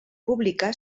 pública